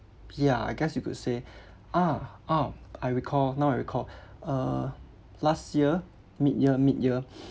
yeah I guess you could say ah ah I recall now I recall uh last year mid year mid year